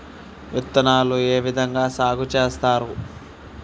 విత్తనాలు ఏ విధంగా సాగు చేస్తారు?